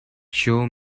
show